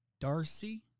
Darcy